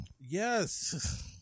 Yes